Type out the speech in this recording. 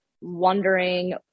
wondering